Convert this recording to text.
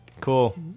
Cool